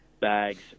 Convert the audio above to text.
Bags